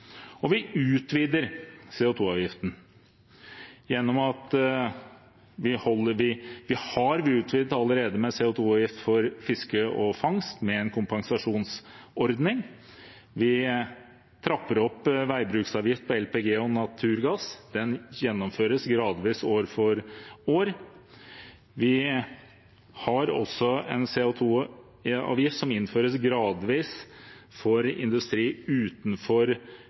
Vi utvider CO 2 -avgiften. Vi har allerede utvidet CO 2 -avgiften for fiske og fangst, med en kompensasjonsordning. Vi trapper opp veibruksavgift på LPG og naturgass. Den gjennomføres gradvis år for år. Vi har også en CO 2 -avgift som innføres gradvis for industri utenfor